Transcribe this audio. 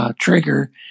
Trigger